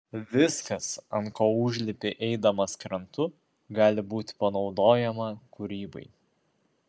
viskas ant ko užlipi eidamas krantu gali būti panaudojama kūrybai